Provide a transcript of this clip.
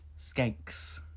skanks